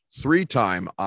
three-time